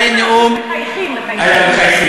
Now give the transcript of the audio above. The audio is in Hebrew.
לא צוחקים, אנחנו מחייכים.